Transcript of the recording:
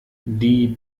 die